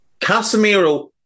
Casemiro